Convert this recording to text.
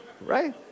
right